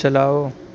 چلاؤ